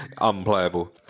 unplayable